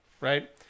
right